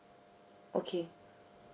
okay